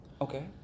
Okay